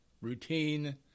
routine